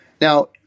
Now